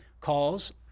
calls